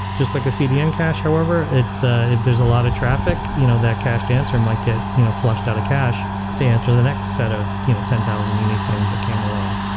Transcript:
just like a cdn cache however, ah if there's a lot of traffic, you know that cached answer might get you know flushed out of cache to answer the next set of you know ten thousand unique things that came along,